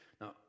Now